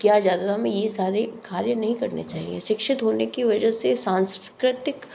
क्या हमें ये सारे कार्य नहीं करने चाहिए शिक्षित होने की वजह से सांस्कृतिक